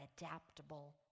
adaptable